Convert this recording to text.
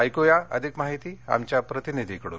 ऐक्या अधिक माहिती आमच्या प्रतिनिधी कडून